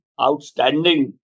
outstanding